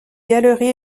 galerie